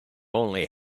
only